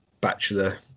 bachelor